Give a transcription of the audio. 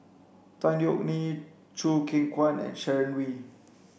Tan Yeok Nee Choo Keng Kwang and Sharon Wee